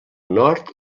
nord